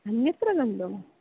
अन्यत्र गन्तुम्